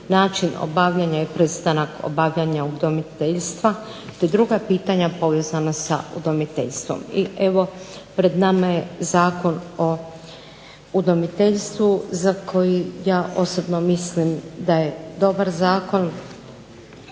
način obavljanja i pristanak obavljanja udomiteljstva te druga pitanja povezana sa udomiteljstvom. Evo, pred nama je Zakon o udomiteljstvu za koji ja osobno mislim da je dobar zakon